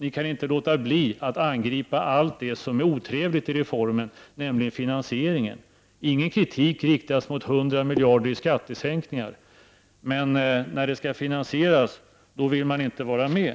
Ni kan inte låta bli att angripa allt det som är otrevligt i reformen, nämligen finansieringen. Ingen kritik riktas mot 100 miljarder i skattesänkningar. Men när det skall finansieras, då vill man inte vara med,